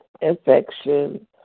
infection